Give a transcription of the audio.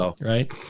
Right